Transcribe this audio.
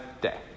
day